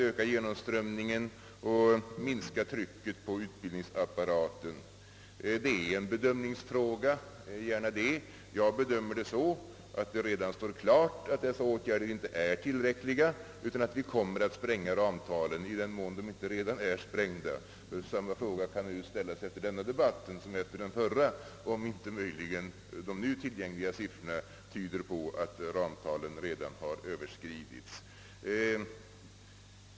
Jag bedömer det så att det redan står klart att dessa åtgärder inte är tillräckliga, utan att vi kommer att spränga ramtalen — i den mån de inte redan är sprängda. Samma fråga kan ju ställas efter denna debatt som efter den förra om inte möjligen de nu tillgängliga siffrorna tyder på att ramtalen redan har Ööverskridits.